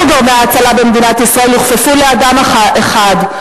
גורמי ההצלה במדינת ישראל יוכפפו לאדם אחד,